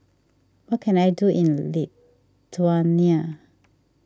what can I do in Lithuania